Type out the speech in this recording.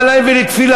מה להן ולתפילה?